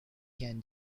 can